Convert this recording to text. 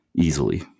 Easily